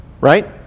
Right